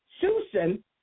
Susan